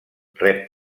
rep